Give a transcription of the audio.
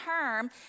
term